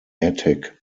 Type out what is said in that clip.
attic